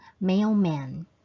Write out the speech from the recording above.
mailman